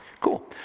Cool